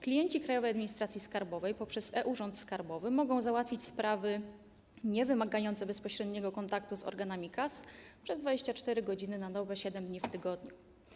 Klienci Krajowej Administracji Skarbowej poprzez e-Urząd Skarbowy mogą załatwić sprawy niewymagające bezpośredniego kontaktu z organami KAS przez 24 h na dobę 7 dni w tygodniu.